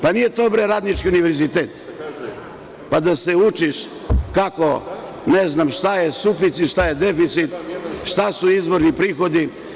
Pa nije to radnički univerzitet, pa da učiš šta je suficit, šta je deficit, šta su izvorni prihodi.